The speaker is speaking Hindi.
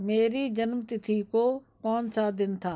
मेरी जन्म तिथि को कौन सा दिन था